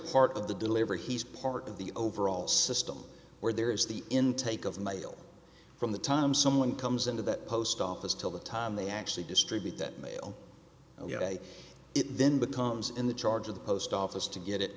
part of the deliver he's part of the overall system where there is the intake of mail from the time someone comes into the post office till the time they actually distribute that mail it then becomes in the charge of the post office to get it